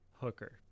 hooker